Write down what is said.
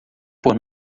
por